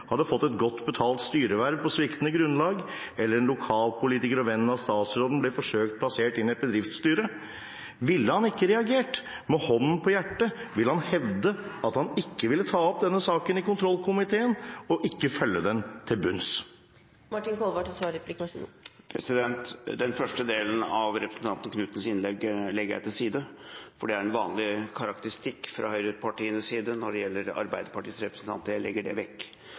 hadde fått et godt betalt styreverv på sviktende grunnlag, eller en lokalpolitiker og venn av statsråden ble forsøkt plassert inn i et bedriftsstyre, ville han – med hånden på hjertet – ikke reagert? Ville han hevde at han ikke ville ta opp denne saken i kontrollkomiteen og ikke følge den til bunns? Den første delen av representanten Knudsens innlegg legger jeg til side, for det er en vanlig karakteristikk fra høyrepartienes side når det gjelder Arbeiderpartiets representanter. Jeg legger det vekk.